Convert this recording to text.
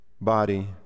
body